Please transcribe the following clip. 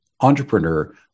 entrepreneur